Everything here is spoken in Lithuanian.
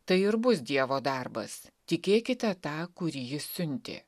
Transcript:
tai ir bus dievo darbas tikėkite tą kurį jis siuntė